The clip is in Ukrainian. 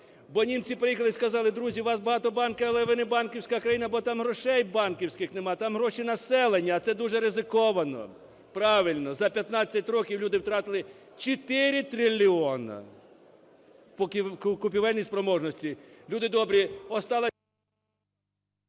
Бо німці приїхали і сказали: "Друзі, у вас багато банків, але ви не банківська країна, бо там грошей банківських нема, там гроші населення, а це дуже ризиковано". Правильно. За 15 років люди втратили 4 трильйона по купівельній спроможності.